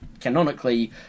canonically